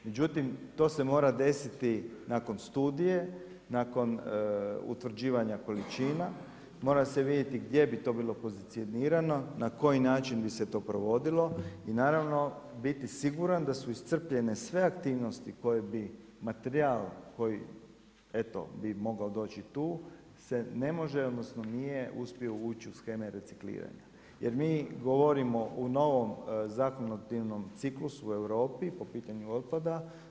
Međutim, to se mora desiti nakon studije, nakon utvrđivanja količina, mora se vidjeti gdje bi to bilo pozicionirano na koji način bi se to provodilo i naravno biti siguran da su iscrpljene sve aktivnosti koje bi materijal koji eto bi mogao doći tu se ne može odnosno nije uspio uvuć u sheme recikliranja jer mi govorimo u novom zakonodavnom ciklusu u Europi po pitanju otpada.